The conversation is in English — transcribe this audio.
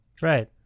Right